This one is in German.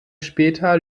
später